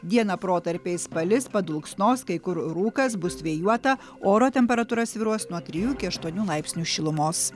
dieną protarpiais palis dulksnos kai kur rūkas bus vėjuota oro temperatūra svyruos nuo trijų iki aštuonių laipsnių šilumos